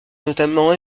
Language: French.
notamment